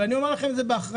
אני אומר לכם את זה באחריות,